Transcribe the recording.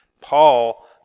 Paul